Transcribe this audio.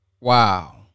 Wow